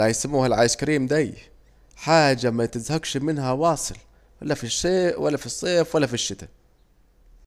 الي هيسموه الايسكريم ديه، حاجة متزهكش منها واصل، ولا في الشيي ولا الصيف ولا في الشتا